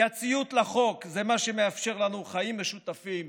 כי הציות לחוק מאפשר לנו חיים משותפים